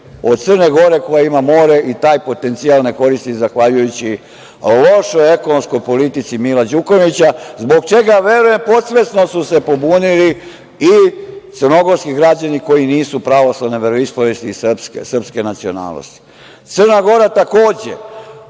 od Crne Gore koja ima more i taj potencijal ne koristi zahvaljujući lošoj ekonomskoj politici Mila Đukanovića, zbog čega verujem podsvesno su se pobunili i crnogorski građani koji nisu pravoslavne veroispovesti i srpske nacionalnosti. Crna Gora takođe